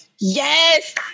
Yes